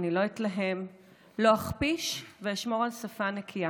אני לא אתלהם, לא אכפיש ואשמור על שפה נקייה.